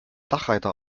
dachreiter